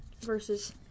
versus